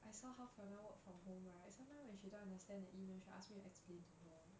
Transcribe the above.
I saw how fiona work from home right sometimes when she don't understand the email she ask me to explain to her